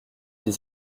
des